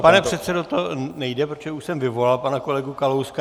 Pane předsedo, to nejde, protože už jsem vyvolal pana kolegu Kalouska.